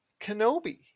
Kenobi